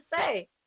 say